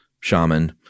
shaman